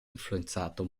influenzato